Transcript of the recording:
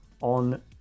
on